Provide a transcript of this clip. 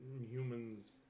humans